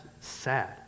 sad